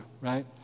right